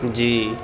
جی